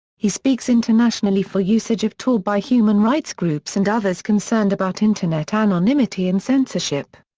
he speaks internationally for usage of tor by human rights groups and others concerned about internet anonymity and censorship.